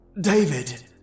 David